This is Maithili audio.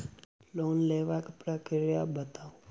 लोन लेबाक प्रक्रिया बताऊ?